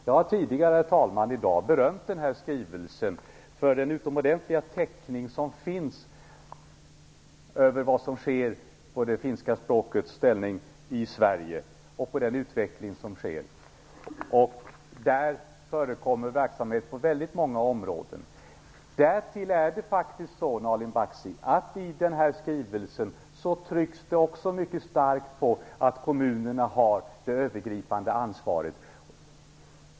Jag har tidigare i dag berömt den här skrivelsen för den utomordentliga täckning som där finns över vad som sker vad gäller det finska språkets ställning i Sverige och över utvecklingen på området. Verksamhet förekommer på väldigt många områden. Därtill, Nalin Baksi, trycks det i skrivelsen mycket starkt på att kommunerna har det övergripande ansvaret.